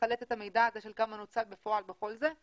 לחלץ את המידע הזה של כמה נוצל בפועל וכל זה,